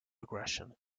regression